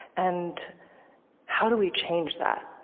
and how do we change that?